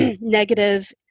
negative